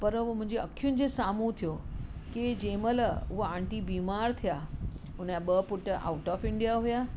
पर हू मुंहिंजी अखियुनि जे साम्हूं थियो की जंहिं महिल उहा आंटी बीमार थिया हुन जा ॿ पुट आउट ऑफ़ इंडिया हुआ ऐं